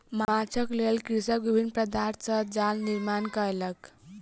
माँछक लेल कृषक विभिन्न पदार्थ सॅ जाल निर्माण कयलक